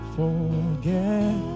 forget